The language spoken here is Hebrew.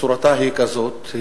צורתה היא כזאת,